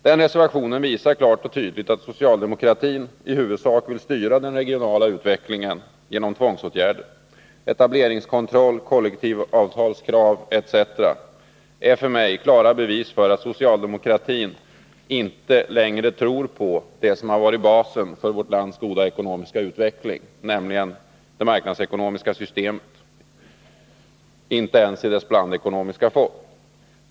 Den visar klart och tydligt att socialdemokratin i huvudsak vill styra den regionala utvecklingen genom tvångsåtgärder. Etableringskontroll, kollektivavtalskrav etc. är för mig klara bevis på att socialdemokratin inte längre tror på det som har varit basen för vårt lands goda ekonomiska utveckling, nämligen det marknadsekonomiska systemet, inte ens i dess blandekonomiska form.